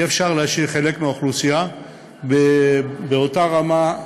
אי-אפשר להשאיר חלק מהאוכלוסייה באותה רמה.